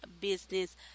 business